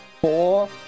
four